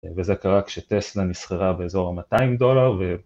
וזה קרה כשטסלה נסחרה באזור ה-200 דולר ו...